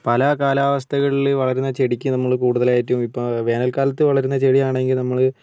പല കാലാവസ്ഥകളിൽ വളരുന്ന ചെടിക്ക് നമ്മൾ കൂടുതലായിട്ടും ഇപ്പോൾ വേനൽക്കാലത്ത് വളരുന്ന ചെടിയാണെങ്കിൽ നമ്മൾ